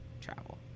travel